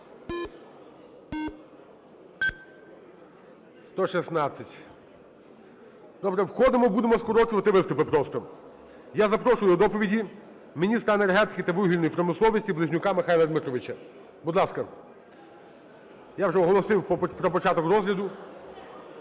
За-116 Добре. Входимо, будемо скорочувати виступи просто. Я запрошую до доповіді міністра енергетики та вугільної промисловості Близнюка Михайла Дмитровича, будь ласка. Я вже оголосив про початок розгляду.